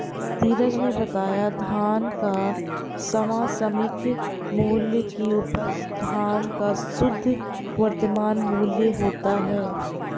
धीरज ने बताया धन का समसामयिक मूल्य की उपज धन का शुद्ध वर्तमान मूल्य होता है